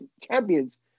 champions